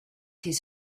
his